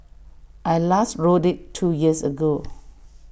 I last rode IT two years ago